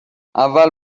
اول